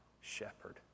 shepherd